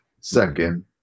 second